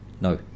no